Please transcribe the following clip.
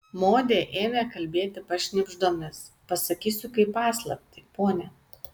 modė ėmė kalbėti pašnibždomis pasakysiu kaip paslaptį pone